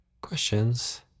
Questions